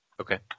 Okay